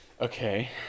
Okay